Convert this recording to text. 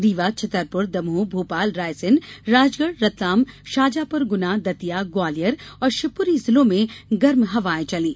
रीवा छतरपुर दमोह भोपाल रायसेन राजगढ़ रतलाम शाजापुर गुना दतिया ग्वालियर और शिवपुरी जिलों में गर्म हवायें चलीं